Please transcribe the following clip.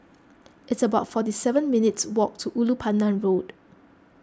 it's about forty seven minutes' walk to Ulu Pandan Road